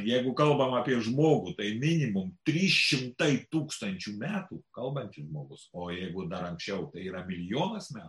jeigu kalbam apie žmogų tai minimum trys šimtai tūkstančių metų kalbantis žmogus o jeigu dar anksčiau tai yra milijonas metų